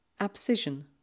Abscission